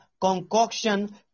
concoction